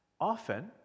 Often